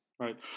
Right